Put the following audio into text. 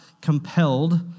compelled